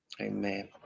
Amen